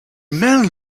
man